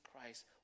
Christ